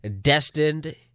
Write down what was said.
destined